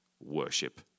worship